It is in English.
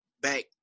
back